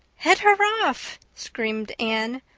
head her off, screamed anne.